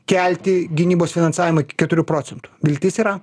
kelti gynybos finansavimą iki keturių procentų viltis yra